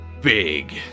big